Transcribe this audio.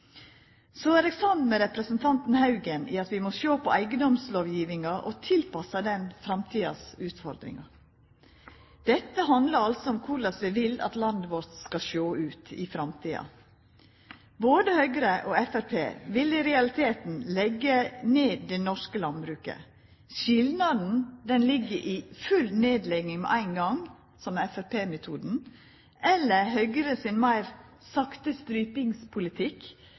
Så er eg samd med representanten Haugen i at vi må sjå på eigedomslovgjevinga og tilpassa den framtidas utfordringar. Dette handlar altså om korleis vi vil at landet vårt skal sjå ut i framtida. Både Høgre og Framstegspartiet vil i realiteten leggja ned det norske landbruket. Skilnaden ligg i full nedlegging med ein gong, som er framstegspartimetoden, og Høgre sin meir sakte strypingspolitikk,